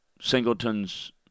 Singleton's